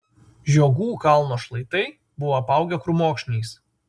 žiogų kalno šlaitai buvo apaugę krūmokšniais